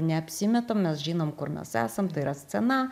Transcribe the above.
neapsimetam mes žinom kur mes esam tai yra scena